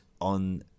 on